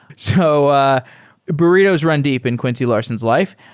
so ah burritos run deep in quincy larson's life.